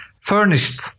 furnished